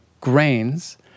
grains